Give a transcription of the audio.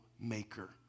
maker